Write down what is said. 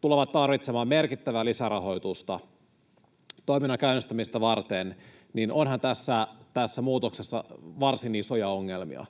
tulevat tarvitsemaan merkittävää lisärahoitusta toiminnan käynnistämistä varten, niin onhan tässä muutoksessa varsin isoja ongelmia.